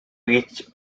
each